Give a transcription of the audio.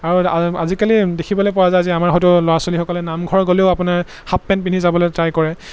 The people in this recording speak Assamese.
আৰু আৰু আজিকালি দেখিবলৈ পোৱা যায় যে আমাৰ হয়তো ল'ৰা ছোৱালীসকলে নামঘৰ গ'লেও আপোনাৰ হাফ পেণ্ট পিন্ধি যাবলৈ ট্ৰাই কৰে